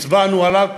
שהצבענו עליו,